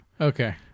Okay